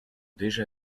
déjà